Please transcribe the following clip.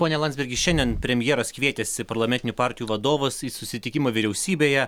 pone landsbergi šiandien premjeras kvietėsi parlamentinių partijų vadovus į susitikimą vyriausybėje